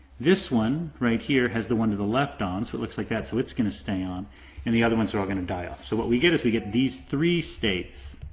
this one right here has the one to the left on, so it looks like that, so it's going to stay on and the other ones are all gonna die off. so what we get, we get these three states.